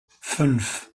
fünf